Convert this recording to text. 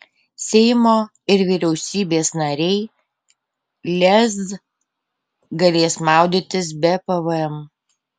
seimo ir vyriausybės nariai lez galės maudytis be pvm